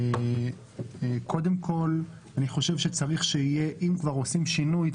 אם כבר עושים שינוי,